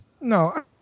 No